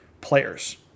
players